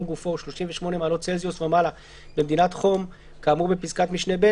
גופו הוא 38 מעלות צלזיוס ומעלה במדידת חום כאמור בפסקת משנה (ב),